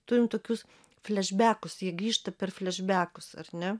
turim tokius flešbekus ji grįžta per flešbekus ar ne